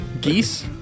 Geese